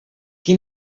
qui